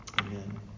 Amen